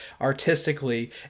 artistically